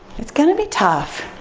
it's gonna be tough.